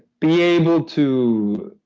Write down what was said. be able to